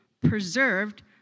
preserved